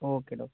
okay doctor